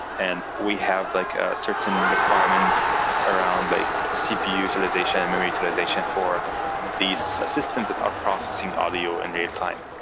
and we have like ah certain requirements around like cpu utilization and memory utilization for these systems that are processing audio in real-time,